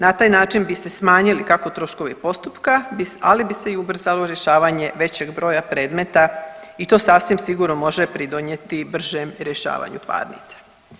Na taj način bi se smanjili kako troškovi postupka, ali bi se i ubrzalo rješavanje većeg broja predmeta i to sasvim sigurno može pridonijeti bržem rješavanju parnica.